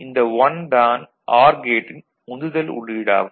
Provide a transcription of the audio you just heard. இந்த 1 தான் ஆர் கேட்டின் உந்துதல் உள்ளீடாகும்